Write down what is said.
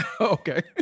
Okay